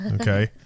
Okay